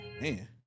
Man